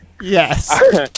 Yes